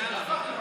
יאללה.